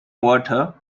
water